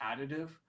additive